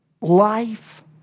life